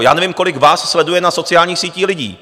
Já nevím, kolik vás sleduje na sociálních sítí lidí.